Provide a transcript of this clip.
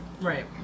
right